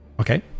okay